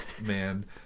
man